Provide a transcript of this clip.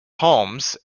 holmes